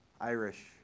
Irish